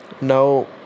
now